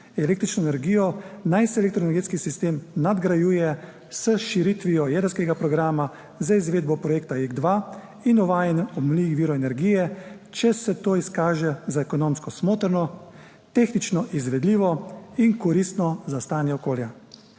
električno energijo, naj se elektroenergetski sistem nadgrajuje s širitvijo jedrskega programa za izvedbo projekta JEK2 in uvajanjem obnovljivih virov energije, če se to izkaže za ekonomsko smotrno, tehnično izvedljivo in koristno za stanje okolja."